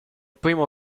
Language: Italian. primo